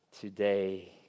today